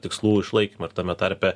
tikslų išlaikymą ir tame tarpe